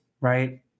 Right